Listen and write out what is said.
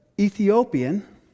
ethiopian